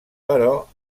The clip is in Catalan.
però